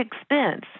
expense